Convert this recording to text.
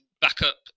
backup